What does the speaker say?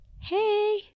Hey